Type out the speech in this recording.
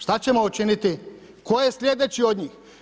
Šta ćemo učiniti, tko je slijedeći od njih?